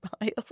miles